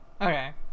Okay